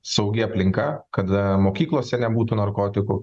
saugi aplinka kad mokyklose nebūtų narkotikų